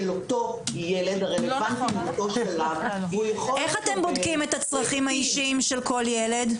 אותו ילד הרלוונטי --- איך אתם בודקים את הצרכים האישיים של כל ילד?